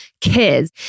kids